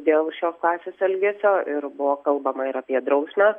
dėl šios klasės elgesio ir buvo kalbama ir apie drausmę